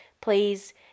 please